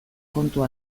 kontu